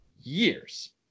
years